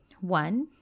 One